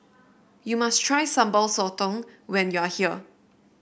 you must try Sambal Sotong when you are here